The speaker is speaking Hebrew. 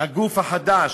הגוף החדש.